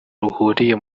ruhuriye